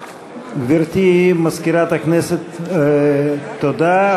גברתי, מזכירת הכנסת, תודה.